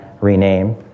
rename